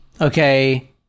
okay